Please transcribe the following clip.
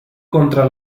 contra